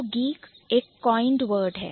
तो Geek एक Coined Word है